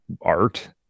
art